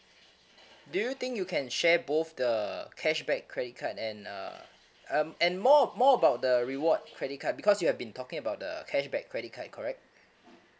do you think you can share both the cashback credit card and uh um and more more about the reward credit card because you have been talking about the cashback credit correct